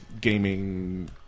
gaming